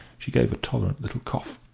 she gave a tolerant little cough.